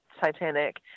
Titanic